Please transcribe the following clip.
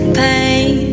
pain